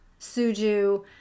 Suju